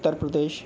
Uttar Pradesh